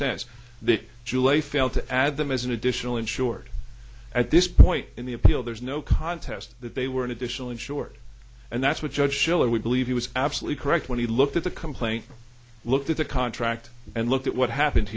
jewel a fail to add them as an additional insured at this point in the appeal there's no contest that they were an additional insured and that's what judge schiller we believe he was absolutely correct when he looked at the complaint looked at the contract and looked at what happened